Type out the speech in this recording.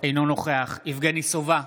אינו נוכח יבגני סובה,